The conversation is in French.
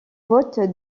vote